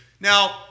Now